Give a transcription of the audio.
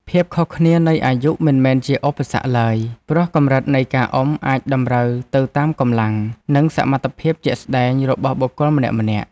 ភាពខុសគ្នានៃអាយុមិនមែនជាឧបសគ្គឡើយ ព្រោះកម្រិតនៃការអុំអាចតម្រូវទៅតាមកម្លាំង និងសមត្ថភាពជាក់ស្ដែងរបស់បុគ្គលម្នាក់ៗ។